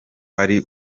hari